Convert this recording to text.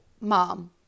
mom